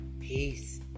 Peace